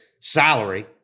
salary